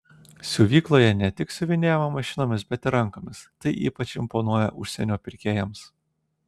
siuvykloje ne tik siuvinėjama mašinomis bet ir rankomis tai ypač imponuoja užsienio pirkėjams